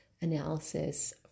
analysis